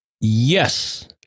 Yes